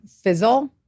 fizzle